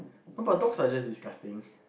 no but dogs are just disgusting